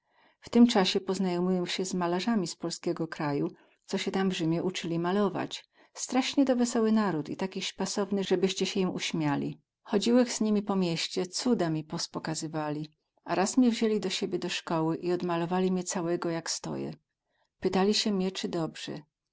w tym casie poznajomiłech sie z malarzami z polskiego kraju co sie tam w rzymie ucyli malować straśnie to wesoły naród i taki śpasowny zebyście sie im uśmiali chodziłech z nimi po mieście cuda mi pospokazowali a raz mie wzięli do siebie do skoły i odmalowali mie całego jak stoję pytali sie mie cy dobrze